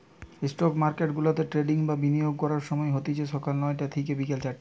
stock মার্কেটগুলাতে trading বা বিনিয়োগ করার সময় হতিছে সকাল নয়টা থিকে বিকেল চারটে